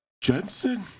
Jensen